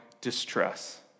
distress